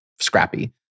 scrappy